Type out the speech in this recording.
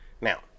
Now